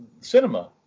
cinema